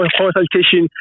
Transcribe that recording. consultation